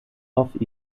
off